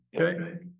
Okay